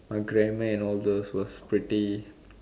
grammar and all those was pretty